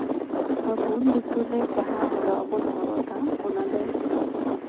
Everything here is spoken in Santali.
ᱟᱵᱚ ᱞᱩᱛᱩᱨ ᱨᱮ ᱡᱟᱦᱟᱸ ᱦᱚᱨᱚᱜ ᱟᱜ ᱵᱚᱱ ᱦᱚᱨᱚᱜ ᱮᱫᱟ ᱚᱱᱟᱫᱚ